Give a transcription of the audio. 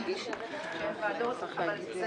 כלל,